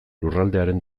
lurraldearen